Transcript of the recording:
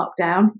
lockdown